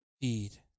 feed